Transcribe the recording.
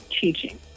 Teaching